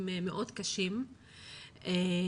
כ-60 אחוזים,